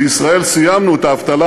בישראל סיימנו את השנה,